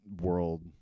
world